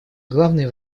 главные